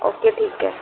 okay ठीक आहे